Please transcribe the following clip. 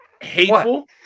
hateful